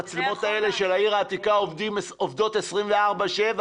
המצלמות האלה של העיר העתיקה עובדות 24/7,